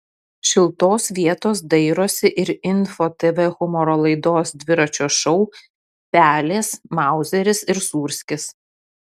šiltos vietos dairosi ir info tv humoro laidos dviračio šou pelės mauzeris ir sūrskis